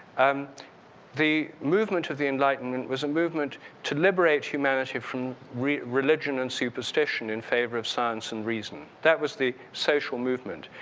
um the movement of the enlightenment was a movement to liberate humanity from religion and superstition in favor of science and reason. that was the social movement.